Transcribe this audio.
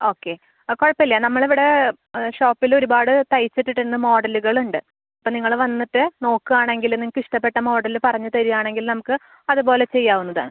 okay ആ കുഴപ്പമില്ല നമ്മളിവിടെ ഷോപ്പിൽ ഒരുപാട് തയ്ച്ചിട്ടിട്ട് മോഡലുകളുണ്ട് അപ്പോൾ നിങ്ങൾ വന്നിട്ട് നോക്കാണെങ്കിൽ നിങ്ങക്കിഷ്ടപ്പെട്ട മോഡല് പറഞ്ഞ് തരാണെങ്കിൽ നമുക്ക് അതുപോലെ ചെയ്യാവുന്നതാണ്